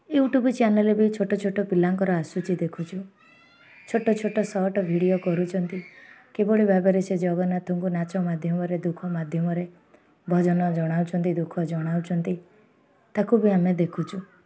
YouTube ଚ୍ୟାନେଲରେ ବି ଛୋଟ ଛୋଟ ପିଲାଙ୍କର ଆସୁଛି ଦେଖୁଛୁ ଛୋଟ ଛୋଟ ସଟ ଭିଡ଼ିଓ କରୁଛନ୍ତି କିଭଳି ଭାବରେ ସେ ଜଗନ୍ନାଥଙ୍କୁ ନାଚ ମାଧ୍ୟମରେ ଦୁଃଖ ମାଧ୍ୟମରେ ଭଜନ ଜଣାଉଛନ୍ତି ଦୁଃଖ ଜଣାଉଛନ୍ତି ତାକୁ ବି ଆମେ ଦେଖୁଛୁ